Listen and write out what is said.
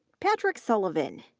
patrick sullivan,